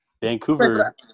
Vancouver –